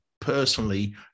personally